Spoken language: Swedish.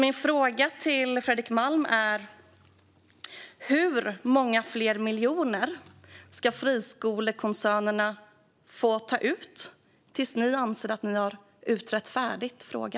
Min fråga till Fredrik Malm är: Hur många fler miljoner ska friskolekoncernerna få ta ut innan ni anser att ni har utrett frågan färdigt?